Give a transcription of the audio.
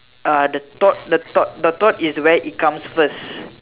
uh the thought the thought the thought is where it comes first